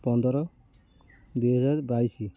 ପନ୍ଦର ଦୁଇହଜାର ବାଇଶି